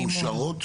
המאושרות?